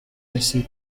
isi